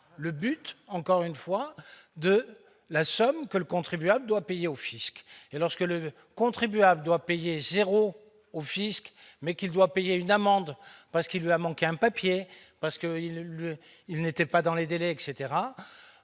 le but, encore une fois, de la somme que le contribuable doit payer au Fisc et lorsque le contribuable doit payer 0 au Fisc, mais qu'il doit payer une amende parce qu'il a manqué un papier parce que il a eu lieu, il n'était pas dans les délais, etc,